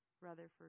Rutherford